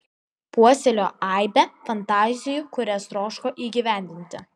puoselėjo aibę fantazijų kurias troško įgyvendinti